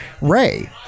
Ray